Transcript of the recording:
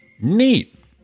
Neat